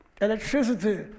Electricity